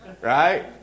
right